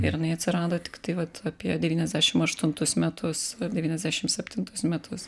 ir jinai atsirado tiktai vat apie devyniasdešim aštuntus metus devyniasdešim septintus metus